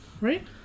right